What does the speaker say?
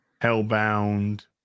Hellbound